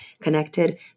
Connected